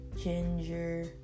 ginger